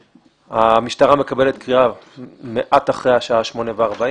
המשטרה מקבלת קריאה מעט אחרי השעה 20:40